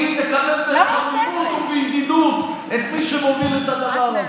והיא תקבל בחמימות ובידידות את מי שמוביל את הדבר הזה.